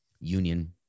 union